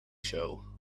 show